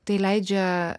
tai leidžia